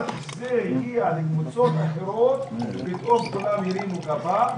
כשזה הגיע לקבוצות אחרות, פתאום כולם הרימו גבה.